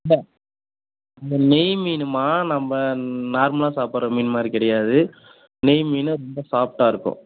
இப்போ இந்த நெய் மீன்ம்மா நம்ப நார்மலாக சாப்பிட்ற மீன் மாதிரி கிடையாது நெய் மீன் ரொம்ப சாஃப்ட்டாக இருக்கும்